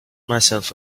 myself